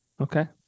Okay